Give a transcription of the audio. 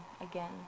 again